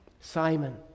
Simon